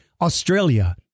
Australia